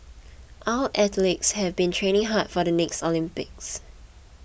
our athletes have been training hard for the next Olympics